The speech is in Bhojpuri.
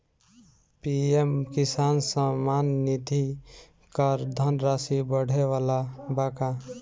पी.एम किसान सम्मान निधि क धनराशि बढ़े वाला बा का?